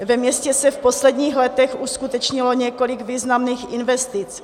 Ve městě se v posledních letech uskutečnilo několik významných investic.